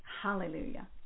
Hallelujah